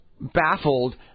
baffled